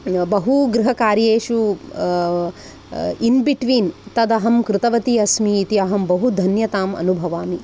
बहु गृहकार्येषु in between तद् अहं कृतवती अस्मि इति अहं बहुधन्यताम् अनुभवामि